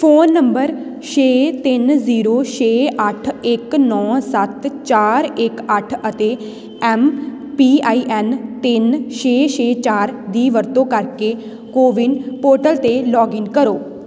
phone number ਛੇ ਤਿੰਨ zero ਛੇ ਅੱਠ ਇੱਕ ਨੌਂ ਸੱਤ ਚਾਰ ਇਕ ਅੱਠ ਅਤੇ ਐੱਮ ਪੀ ਆਈ ਐੱਨ ਤਿੰਨ ਛੇ ਛੇ ਚਾਰ ਦੀ ਵਰਤੋਂ ਕਰਕੇ ਕੋਵਿਨ ਪੋਰਟਲ 'ਤੇ ਲੌਗਇਨ ਕਰੋ